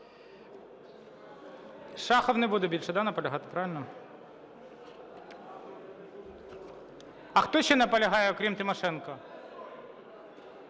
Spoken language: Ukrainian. Шахов не буде більше наполягати, правильно? А хто ще наполягає, окрім Тимошенко?